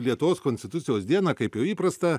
lietuvos konstitucijos dieną kaip jau įprasta